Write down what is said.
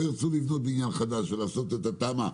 ירצו לבנות בניין חדש ולעשות את התמ"א,